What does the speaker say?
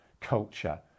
culture